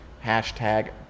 Hashtag